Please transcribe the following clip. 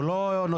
הוא לא נותן